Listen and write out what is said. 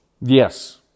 Yes